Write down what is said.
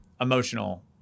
emotional